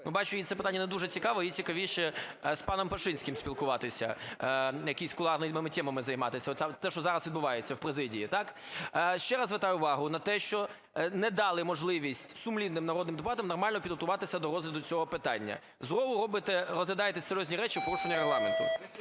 Ну бачу, їй це питання недуже цікаве, їй цікавіше з паном Пашинським спілкуватися, якимись кулуарними темами займатися. От те, що зараз відбувається в президії. Ще раз звертаю увагу на те, що не дали можливість сумлінним народним депутатам нормально підготуватися до розгляду цього питання. Знову робите, розглядаєте серйозні речі в порушення Регламенту.